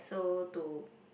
so to